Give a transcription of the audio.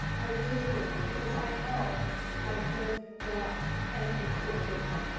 i really do, because i know i've lived the life and it's been a good one